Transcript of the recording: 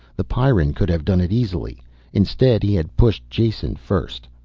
the pyrran could have done it easily instead he had pushed jason first.